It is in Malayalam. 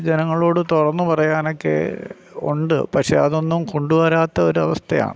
ജനങ്ങളോട് തുറന്ന് പറയാനൊക്കെ ഉണ്ട് പക്ഷെ അതൊന്നും കൊണ്ട് വരാത്ത ഒരു അവസ്ഥയാണ്